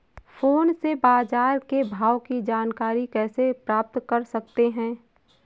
Phone से बाजार के भाव की जानकारी कैसे प्राप्त कर सकते हैं?